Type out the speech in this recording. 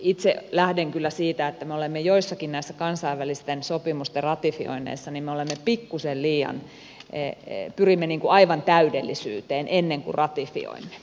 itse lähden kyllä siitä että joissakin näissä kansainvälisten sopimusten ratifioinneissa me pyrimme pikkuisen liikaa aivan täydellisyyteen ennen kuin ratifioimme